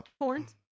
Horns